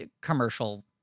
commercial